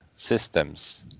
systems